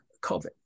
COVID